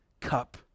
cup